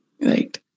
Right